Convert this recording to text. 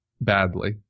badly